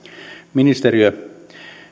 ministeriö